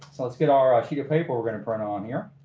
so let's get our sheet of paper we're gonna print on here.